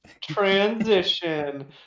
Transition